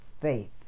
faith